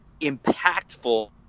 impactful